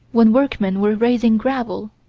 when workmen were raising gravel.